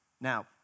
Now